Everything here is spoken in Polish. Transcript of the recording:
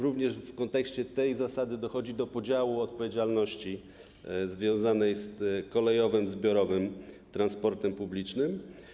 Również w kontekście tej zasady dochodzi do podziału odpowiedzialności związanej z kolejowym zbiorowym transportem publicznym.